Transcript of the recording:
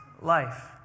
life